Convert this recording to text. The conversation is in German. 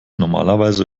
normalerweise